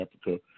Africa